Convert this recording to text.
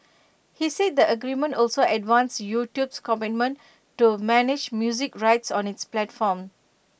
he said the agreement also advanced YouTube's commitment to manage music rights on its platform